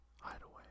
hideaway